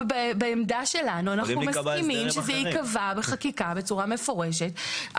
ובעמדה שלנו אנחנו מסכימים שזה ייקבע בחקיקה בצורה מפורשת.